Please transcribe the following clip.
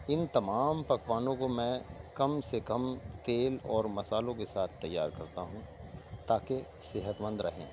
ان تمام پکوانوں کو میں کم سے کم تیل اور مصالحوں کے ساتھ تیّار کرتا ہوں تا کہ صحت مند رہیں